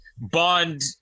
bond